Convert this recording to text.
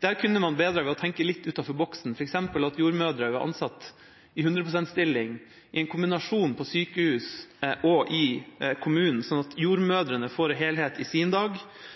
Dette kunne man forbedret ved å tenke litt utenfor boksen, f.eks. ved at jordmødre ble ansatt i 100 pst.-stillinger i en kombinasjon mellom sykehus og kommune, slik at jordmødre får helhet i sin dag,